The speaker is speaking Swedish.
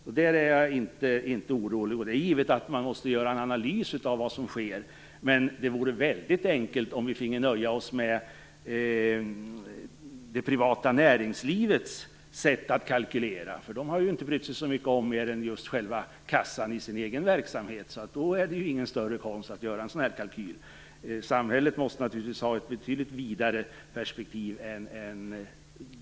På den punkten är jag inte orolig. Givetvis måste man göra en analys av vad som sker, men det vore väldigt enkelt om vi finge nöja oss med det privata näringslivets sätt att kalkylera. De bryr sig inte om så mycket mer än just kassan i sin egen verksamhet. Då är det ingen större konst att göra en sådan här kalkyl. Men samhället måste naturligtvis har ett betydligt vidare perpektiv.